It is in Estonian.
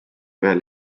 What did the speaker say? ühel